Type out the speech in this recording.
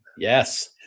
yes